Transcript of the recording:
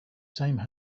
same